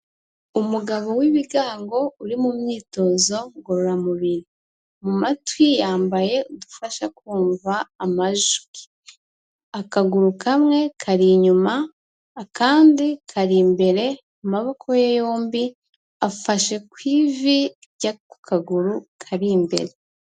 Umugabo w'ibigango uri mu myitozo ngororamubiri, mu matwi yambaye udufasha kumva amajwi. Akaguru kamwe kari inyuma akandi kari imbere, amaboko ye yombi afashe ku ivi ry'ako kaguru kari imbere.